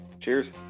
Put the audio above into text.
cheers